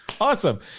Awesome